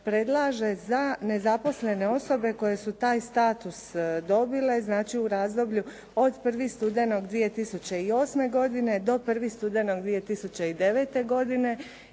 predlaže za nezaposlene koje su taj status dobile, znači u razdoblju od 1. studenog 2008. do 1. studenog 2009. godine